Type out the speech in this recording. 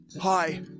Hi